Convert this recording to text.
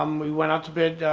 um we went out to bid